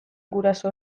guraso